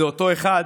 זה אותו אחד